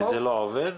זה לא עובד?